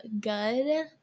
good